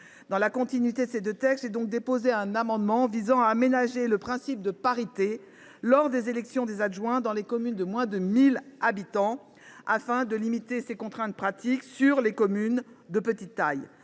le maire et ses adjoints. J’ai déposé un amendement visant à aménager le principe de parité lors de l’élection des adjoints dans les communes de moins de 1 000 habitants, afin de limiter ses contraintes pratiques pour les communes de petite taille.